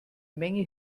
menge